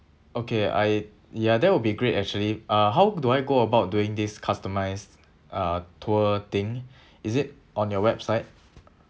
okay I ya that will be great actually uh how do I go about doing this customised uh tour thing is it on your website